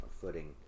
footing